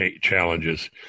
challenges